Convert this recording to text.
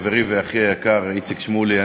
חברי ואחי היקר איציק שמולי,